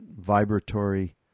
vibratory